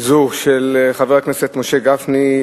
זו של חברי הכנסת משה גפני,